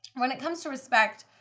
when it comes to respect,